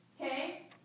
Okay